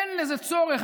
אין בזה צורך.